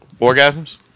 Orgasms